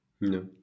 No